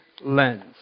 lens